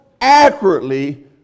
accurately